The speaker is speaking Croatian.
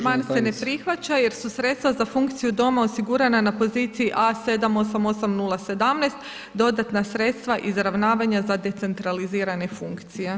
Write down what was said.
Amandman se ne prihvaća jer se sredstva za funkciju doma osigurana na poziciji A788017, dodatna sredstva izravnavanja za decentralizirane funkcije.